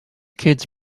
kids